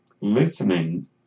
listening